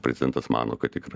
prezidentas mano kad tikrai